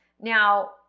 Now